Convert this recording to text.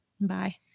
bye